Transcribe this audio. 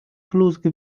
plusk